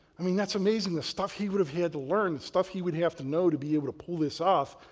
i mean, that's amazing the stuff he would have had to learn, the stuff he would have to know to be able to pull this off.